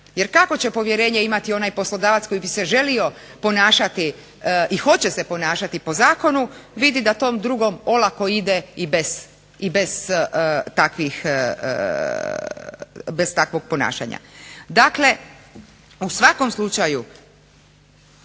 Jer kako će povjerenje imati onaj poslodavac koji bi se želio ponašati i hoće se ponašati po zakonu vidi da tom drugom olako ide i bez takvog ponašanja. Dakle, u svakom slučaju